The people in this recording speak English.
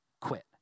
quit